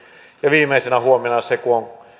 viimeisenä huomiona se että kun